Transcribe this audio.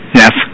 yes